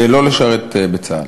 לא לשרת בצה"ל.